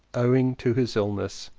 owing to his illness,